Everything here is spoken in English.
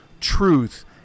truth